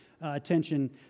attention